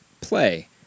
play